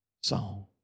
song